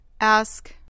Ask